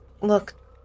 look